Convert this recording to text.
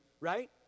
Right